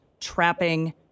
trapping